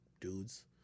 dudes